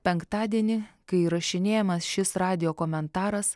penktadienį kai įrašinėjamas šis radijo komentaras